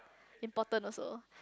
important also